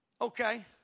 okay